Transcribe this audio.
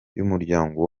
y’umuryango